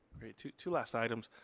great, two two last items.